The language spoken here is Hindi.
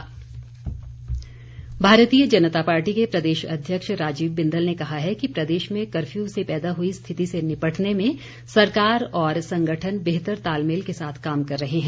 बिंदल भारतीय जनता पार्टी के प्रदेश अध्यक्ष राजीव बिंदल ने कहा है कि प्रदेश में कर्फ्यू से पैदा हुई स्थिति से निपटने में सरकार और संगठन बेहतर तालमेल के साथ काम कर रहे हैं